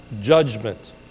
judgment